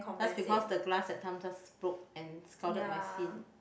just because the glass that time just broke and scalded my skin